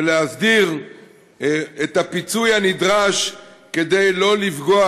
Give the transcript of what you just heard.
ולהסדיר את הפיצוי הנדרש כדי שלא לפגוע.